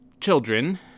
children